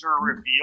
reveal